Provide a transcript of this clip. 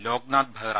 Loknath Behera